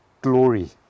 glory